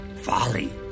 folly